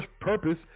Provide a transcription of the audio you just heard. purpose